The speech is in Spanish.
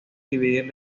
dividir